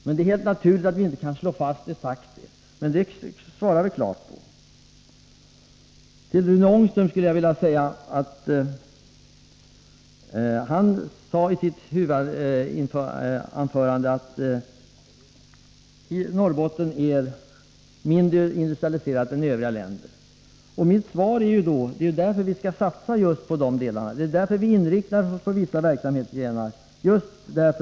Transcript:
— Men det är helt naturligt att vi inte kan slå fast exakt hur länge Norrbottens län det skall bli, vilket vi också säger klart. Runge Ångström sade i sitt huvudanförande att Norrbotten är mindre industrialiserat än övriga län. Min kommentar är: Det är därför vi skall satsa just på den typen av verksamhet!